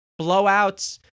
blowouts